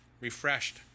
refreshed